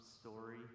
story